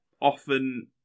often